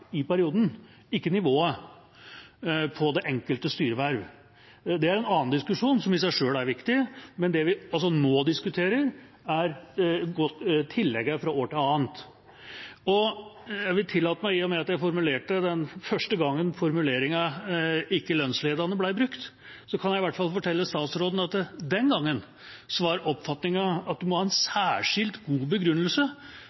en annen diskusjon, som i seg selv er viktig, men det vi altså nå diskuterer, er tilleggene fra år til annet. Og jeg vil tillate meg, i og med at det var jeg som først brukte formuleringen «ikke lønnsledende», å fortelle statsråden at den gangen var oppfatningen at en må ha en